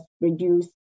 reduce